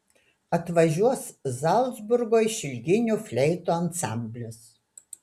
atvažiuos zalcburgo išilginių fleitų ansamblis